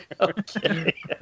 Okay